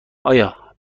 آیا